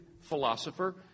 philosopher